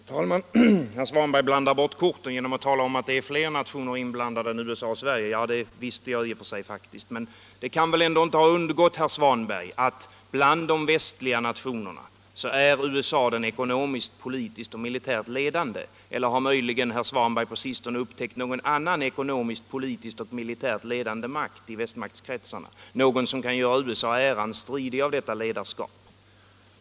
Herr talman! Herr Svanberg blandar bort korten genom att tala om att det är fler nationer inblandade än USA och Sverige. Det visste jag faktiskt. Men det kan väl inte ha undgått herr Svanberg att bland de västliga nationerna är USA den ekonomiskt, politiskt och militärt ledande, eller har möjligen herr Svanberg på sistone upptäckt någon annan ekonomiskt, politiskt och militärt ledande makt i västmaktskretsarna? Finns det någon nation som kan göra USA äran stridig om detta ledarskap?